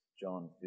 John